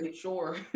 sure